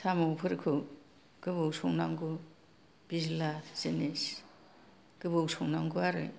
साम'फोरखौ गोबाव संनांगौ बिज्ला जिनिस गोबाव संनांगौ आरो